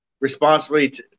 responsibly